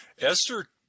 Esther